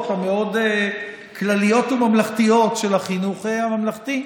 המאוד-כלליות וממלכתיות של החינוך הממלכתי.